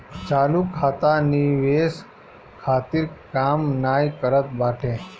चालू खाता निवेश खातिर काम नाइ करत बाटे